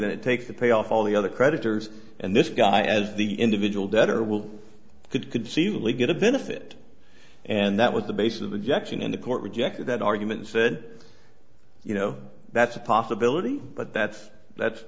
than it takes to pay off all the other creditors and this guy as the individual debtor will could conceivably get a benefit and that was the basis of the jackson and the court rejected that argument said you know that's a possibility but that's that's